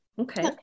Okay